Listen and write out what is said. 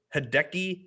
Hideki